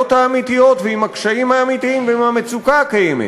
האמיתיות ועם הקשיים האמיתיים ועם המצוקה הקיימת,